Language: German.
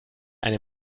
eine